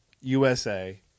USA